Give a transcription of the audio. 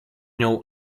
nią